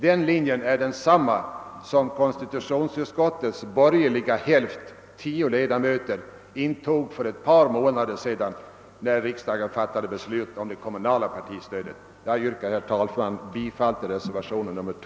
Denna linje är densamma som konstitutionsutskottets borgerliga hälft — tio ledamöter — hade för ett par månader sedan då riksdagen beslutade om det kommunala partistödet.